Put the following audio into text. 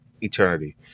eternity